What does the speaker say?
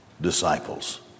disciples